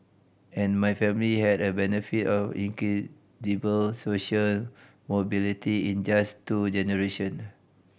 and my family had a benefit of incredible social mobility in just two generation